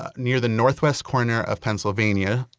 ah near the northwest corner of pennsylvania,